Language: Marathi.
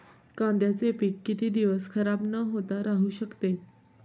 कांद्याचे पीक किती दिवस खराब न होता राहू शकते?